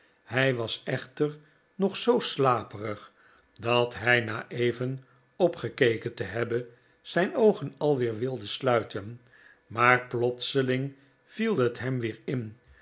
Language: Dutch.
hij was echter nog zoo slaperig dat hij na even opgekeken te hebben zijn oogen alweer wilde sluiten maar plotseling viel het hem weer in